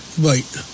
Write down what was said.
Right